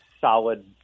solid